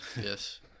Yes